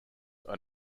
are